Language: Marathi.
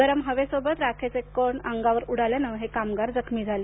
गरम हवेसोबत राखेचे कण अंगावर उडाल्याने हे कामगार जखमी झाले